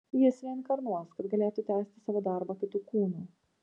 jis reinkarnuos kad galėtų tęsti savo darbą kitu kūnu